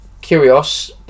Curios